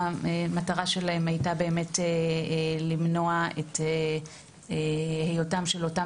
שמטרתם היא למנוע את היותם של אותם